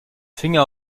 finger